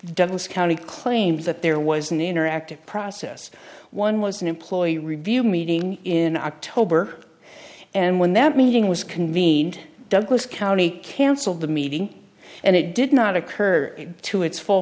douglas county claims that there was an interactive process one was an employee review meeting in october and when that meeting was convened douglas county cancel the meeting and it did not occur to its full